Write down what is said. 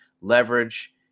leverage